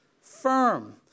firm